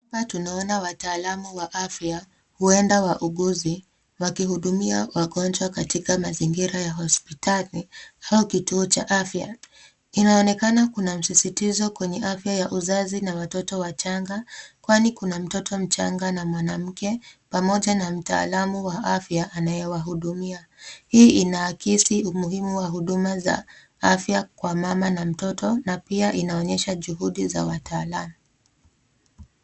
Hapa tunaona wataalamu wa afya, huenda wauguzi wakihudumia wagonjwa katika mazingira ya hospitali au kituo cha afya. Inaonekana kuna msisitizo kwenye afya ya uzazi na watoto wachanga, kwani kuna mtoto mchanga na mwanamke pamoja na mtaalamu wa afya anayewahudumia. Hii inaakisi umuhimu wa huduma za afya kwa mama na mtoto na pia inaonyesha juhudi za wataalamu.